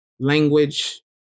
language